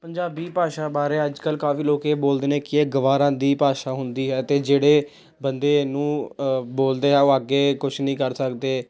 ਪੰਜਾਬੀ ਭਾਸ਼ਾ ਬਾਰੇ ਅੱਜ ਕੱਲ੍ਹ ਕਾਫੀ ਲੋਕ ਇਹ ਬੋਲਦੇ ਨੇ ਕਿ ਇਹ ਗਵਾਰਾਂ ਦੀ ਭਾਸ਼ਾ ਹੁੰਦੀ ਹੈ ਅਤੇ ਜਿਹੜੇ ਬੰਦੇ ਇਹਨੂੰ ਬੋਲਦੇ ਆ ਉਹ ਅੱਗੇ ਕੁਛ ਨਹੀਂ ਕਰ ਸਕਦੇ